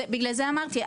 בגלל זה אמרתי,